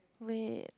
wait